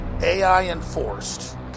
AI-enforced